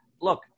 look